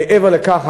מעבר לכך,